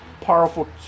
powerful